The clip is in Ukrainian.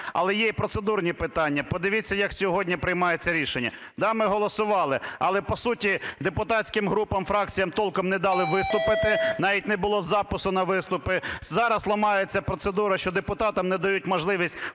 Але є і процедурні питання. Подивіться, як сьогодні приймаються рішення. Да, ми голосували, але по суті депутатським групам, фракціям толком не дали виступити, навіть не було запису на виступи. Зараз ламається процедура, що депутатам не дають можливість